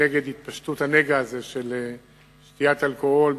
בהתפשטות הנגע הזה של שתיית אלכוהול,